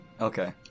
Okay